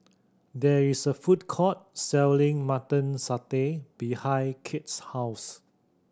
there is a food court selling Mutton Satay behind Kade's house